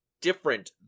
different